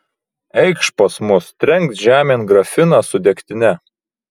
eikš pas mus trenk žemėn grafiną su degtine